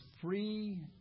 free